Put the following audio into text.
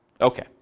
Okay